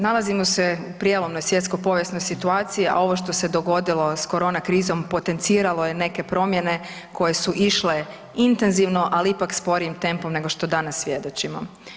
Nalazimo se u prijelomnoj svjetsko-povijesnoj situaciji, a ovo što se dogodilo s korona krizom, potenciralo je neke promjene koje su išle intenzivno, ali ipak sporijim tempom nego što danas svjedočimo.